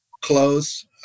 close